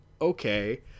okay